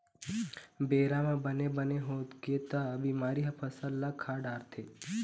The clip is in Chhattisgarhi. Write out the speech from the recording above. बेरा म बने बने होगे त बिमारी ह फसल ल खा डारथे